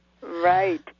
Right